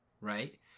right